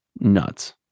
nuts